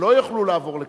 שלא יוכלו לעבור לכרמיאל?